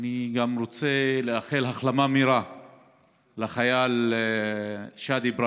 אני גם רוצה לאחל החלמה מהירה לחייל שאדי איברהים,